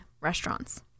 restaurants